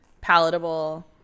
palatable